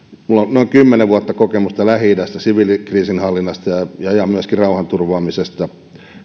noin kymmenen vuotta kokemusta lähi idästä siviilikriisinhallinnasta ja ja myöskin rauhanturvaamisesta